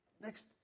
next